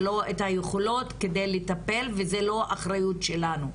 ולא את היכולות כדי לטפל, וזה לא אחריות שלנו.